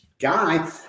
guy